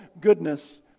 goodness